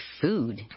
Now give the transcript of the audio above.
food